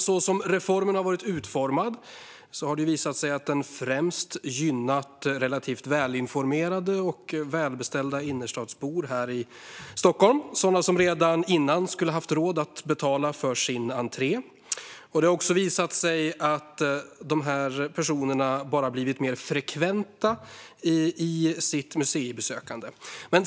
Så som reformen har varit utformad har det visat sig att den främst gynnar relativt välinformerade och välbeställda innerstadsbor här i Stockholm, sådana som redan tidigare skulle haft råd att betala för sin entré. Det har också visat sig att dessa personer bara blivit mer frekventa i sitt museibesökande.